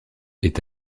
est